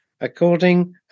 According